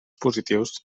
positius